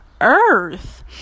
earth